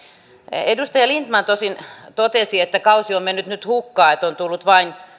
edustaja lindtman tosin totesi että kausi on mennyt nyt hukkaan että on tullut vain